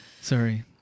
Sorry